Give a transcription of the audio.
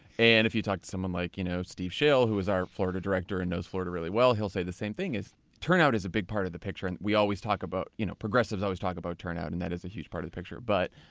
and if you talk to someone like you know steve schale, who was our florida director and knows florida really well, he'll say the same thing, is turnout is a big part of the picture. and we always talk about. you know progressive's always talk about turnout and that is a huge part of the picture. but,